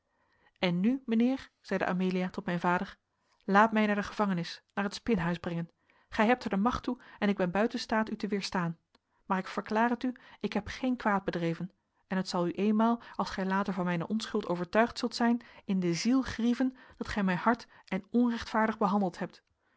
en nu mijnheer zeide amelia tot mijn vader laat mij naar de gevangenis naar het spinhuis brengen gij hebt er de macht toe en ik ben buiten staat u te weerstaan maar ik verklaar het u ik heb geen kwaad bedreven en het zal u eenmaal als gij later van mijne onschuld overtuigd zult zijn in de ziel grieven dat gij mij hard en onrechtvaardig behandeld hebt